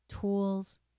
tools